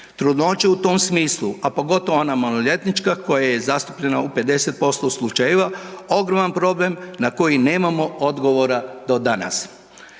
Trudnoću u tom smislu, a pogotovo ona maloljetnička koja je zastupljena u 50% slučajeva ogroman je problem na koji nemamo odgovora do danas.